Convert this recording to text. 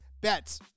bets